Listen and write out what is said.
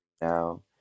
now